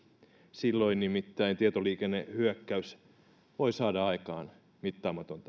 silloin nimittäin tietoliikennehyökkäys voi saada aikaan mittaamatonta vahinkoa